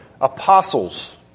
apostles